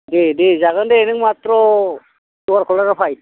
दे दे जागोन दे नों माथ्र' जगारखौल' लाना फै